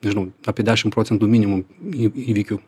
nežinau apie dešim procentų minimum į įvykių